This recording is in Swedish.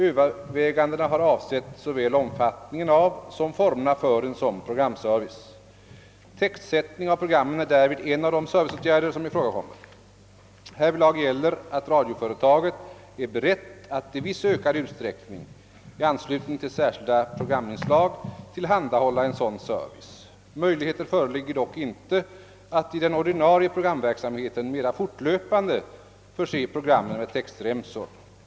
Övervägandena har avsett såväl omfattningen av som formerna för en sådan programservice. Textsättning av programmen är därvid en av de serviceåtgärder som ifrågakommer. Härvidlag gäller att radioföretaget är berett att i viss ökad utsträckning — i anslutning till särskilda programinslag — tillhandahålla en sådan service. Möjligheter föreligger dock inte att i den ordinarie programverksamheten mera fortlöpande förse programmen med textremsor.